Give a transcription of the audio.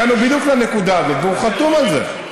הגענו בדיוק לנקודה, והוא חתום על זה.